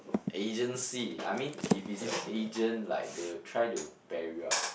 agency I mean if it's a agent like they would try to bear you up